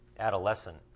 adolescent